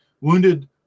wounded